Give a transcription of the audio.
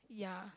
ya